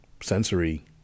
sensory